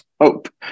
Hope